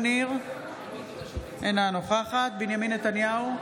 אינה נוכחת בנימין נתניהו,